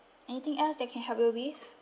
anything else that I can help you with